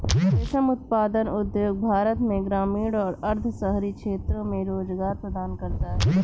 रेशम उत्पादन उद्योग भारत में ग्रामीण और अर्ध शहरी क्षेत्रों में रोजगार प्रदान करता है